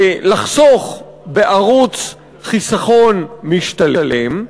לחסוך בערוץ חיסכון משתלם.